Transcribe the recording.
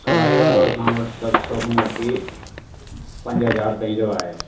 कढ़ाई वारो असां वटि सत सौ खां वठी पंज हज़ार ताईं जो आहे